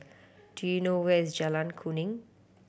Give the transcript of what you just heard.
do you know where is Jalan Kuning